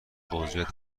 عضویت